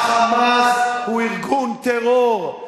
ה"חמאס" הוא ארגון טרור,